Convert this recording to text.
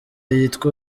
yitwa